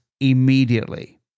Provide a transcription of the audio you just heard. immediately